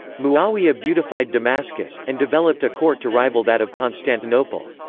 muawiyah beautified damascus, and developed a court to rival that of constantinople.